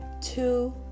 two